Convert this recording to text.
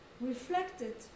reflected